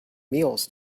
meals